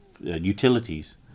utilities